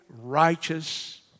righteous